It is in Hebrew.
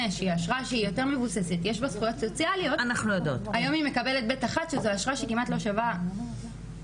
וגם הארגונים יבחנו את האפשרות לחזרה בטוחה של אותן